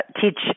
teach